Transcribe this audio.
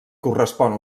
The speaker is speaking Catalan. correspon